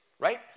Right